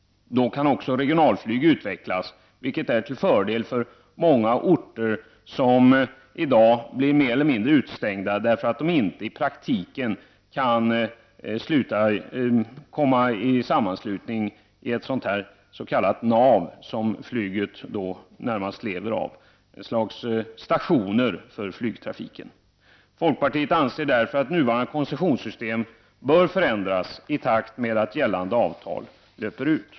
Då kan också regionalflyg utvecklas, vilket är till fördel för många orter som i dag är mer eller mindre utestängda därför att de i praktiken inte kan anslutas till ett s.k. nav — ett slags stationer för flygtrafiken. Folkpartiet anser därför att nuvarande koncessionssystem bör förändras i takt med att gällande avtal löper ut.